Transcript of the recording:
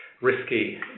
risky